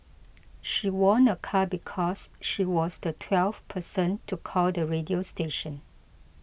she won a car because she was the twelfth person to call the radio station